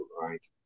right